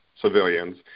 civilians